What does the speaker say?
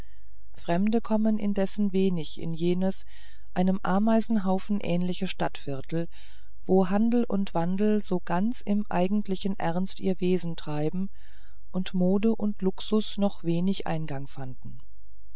fremde kommen indessen wenig in jenes einem ameisenhaufen ähnlichen stadtviertel wo handel und wandel so ganz im eigentlichen ernst ihr wesen treiben und mode und luxus noch wenig eingang fanden